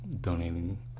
donating